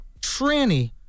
tranny